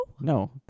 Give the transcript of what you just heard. No